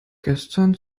gestern